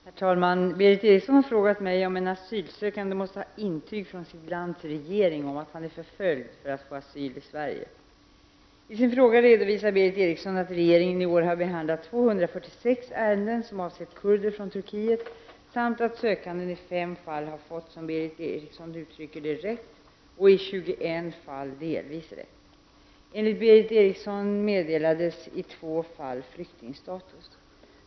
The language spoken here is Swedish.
Herr talman! Berith Eriksson har frågat mig om en asylsökande måste ha intyg från sitt lands regering om att han är förföljd för att få asyl i Sverige. I sin fråga redovisar Berith Eriksson att regeringen i år har behandlat 246 asylärenden som avsett kurder från Turkiet samt att sökanden i 5 fall har fått — som Berith Eriksson uttrycker det — rätt och i 21 fall delvis rätt. Enligt Berith Eriksson meddelades i 2 fall flyktingstatus.